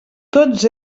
tots